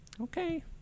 okay